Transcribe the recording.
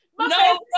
no